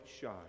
shine